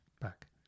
back